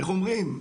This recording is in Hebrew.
איך אומרים,